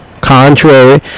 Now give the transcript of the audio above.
Contrary